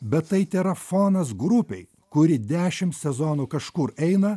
bet tai tėra fonas grupei kuri dešim sezonų kažkur eina